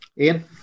Ian